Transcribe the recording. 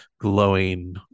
glowing